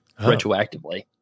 retroactively